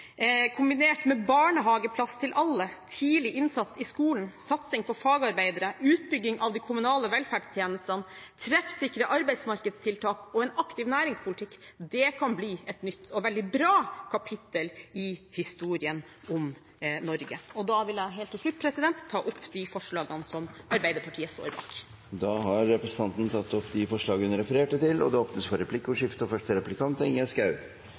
kombinert med barnehageplass til alle, tidlig innsats i skolen, satsing på fagarbeidere, utbygging av de kommunale velferdstjenestene, treffsikre arbeidsmarkedstiltak og en aktiv næringspolitikk, det kan bli et nytt og veldig bra kapittel i historien om Norge. Da vil jeg helt til slutt ta opp de forslagene som Arbeiderpartiet står bak. Representanten Helga Pedersen har tatt opp de forslagene hun refererte til. Det blir replikkordskifte. Arbeiderpartiet ledet an i presset for å ta imot flere flyktninger i vår, og det